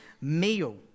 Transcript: meal